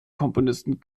komponisten